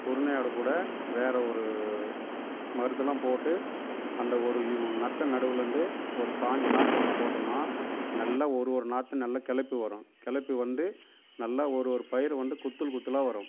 குருணையோட கூட வேறு ஒரு மருந்து எல்லாம் போட்டு அந்த ஒரு யூ நட்ட நடுவுலருந்து ஒரு பாயிஞ்சு நாள்குள்ளே போட்டோம்ன்னா நல்ல ஒரு ஒரு நாற்று நல்ல குளப்பி வரும் குளப்பி வந்து நல்ல ஒரு ஒரு பயிர் வந்து குத்தல் குத்தலாக வரும்